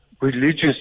religious